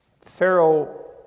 Pharaoh